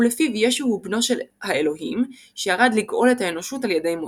ולפיו ישו הוא בנו של האלהים שירד לגאול את האנושות על ידי מותו.